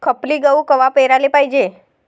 खपली गहू कवा पेराले पायजे?